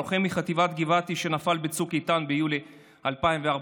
לוחם מחטיבת גבעתי שנפל בצוק איתן ביולי 2014,